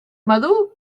madur